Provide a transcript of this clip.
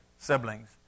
siblings